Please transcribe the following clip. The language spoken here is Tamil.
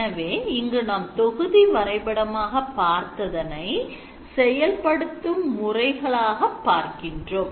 எனவே இங்கு நாம் தொகுதி வரைபடமாக பார்த்தனை செயல்படுத்தும் முறைகளை பார்க்கின்றோம்